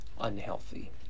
unhealthy